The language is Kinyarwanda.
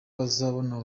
bazabona